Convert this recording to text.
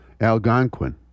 Algonquin